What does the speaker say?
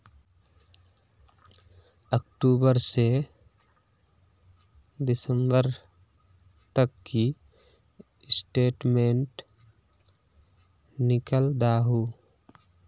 अक्टूबर से दिसंबर तक की स्टेटमेंट निकल दाहू?